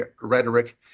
rhetoric